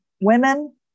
women